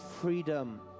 freedom